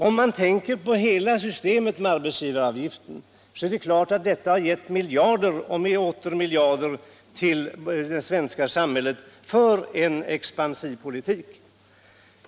Om man ser till hela systemet med arbetsgivaravgiften så har det gett miljarder och åter miljarder till det svenska samhället för en expansiv politik.